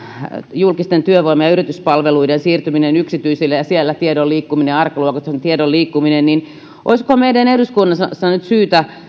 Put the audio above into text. julkisten työvoima ja yrityspalveluiden siirtyminen yksityisille ja siellä tiedon liikkuminen arkaluontoisen tiedon liikkuminen niin olisikohan meidän eduskunnassa nyt syytä